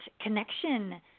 connection